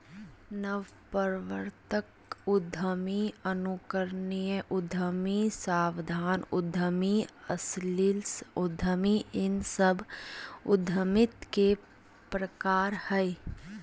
नवप्रवर्तक उद्यमी, अनुकरणीय उद्यमी, सावधान उद्यमी, आलसी उद्यमी इ सब उद्यमिता के प्रकार हइ